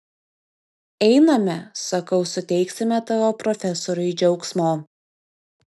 einame sakau suteiksime tavo profesoriui džiaugsmo